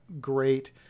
great